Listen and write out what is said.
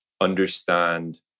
understand